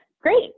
Great